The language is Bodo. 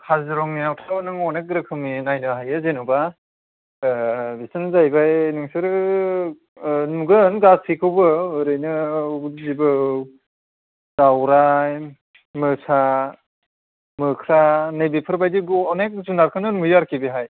काजिरङायावथ' नों अनेख रोखोमनि नायनो हायो जेन'बा बिदिनो जाहैबाय नोंसोरो नुगोन गासैखौबो ओरैनो जिबौ दावराइ मोसा मोख्रा नैबे बेफोर बायदिखौ अनेख जुनारखौनो नुयो आरोखि बेहाय